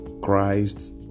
Christ